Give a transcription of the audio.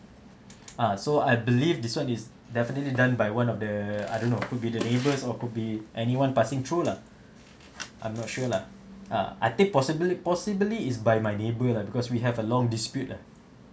ah so I believe this one is definitely done by one of the I don't know could be the neighbors or could be anyone passing through lah I'm not sure lah ah I think possibly possibly is by my neighbour lah because we have a long dispute ah